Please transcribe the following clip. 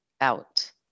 out